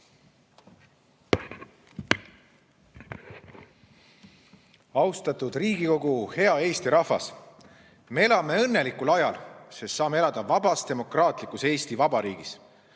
Austatud Riigikogu! Hea Eesti rahvas! Me elame õnnelikul ajal, sest saame elada vabas demokraatlikus Eesti Vabariigis.